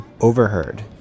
Overheard